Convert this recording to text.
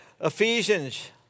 Ephesians